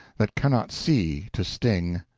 that cannot see to sting.